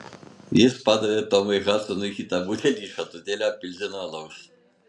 jis padavė tomui hadsonui kitą butelį šaltutėlio pilzeno alaus